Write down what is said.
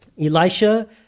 Elisha